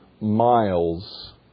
miles